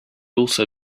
also